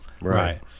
Right